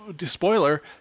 spoiler